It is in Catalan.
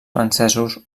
francesos